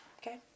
okay